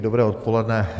Dobré odpoledne.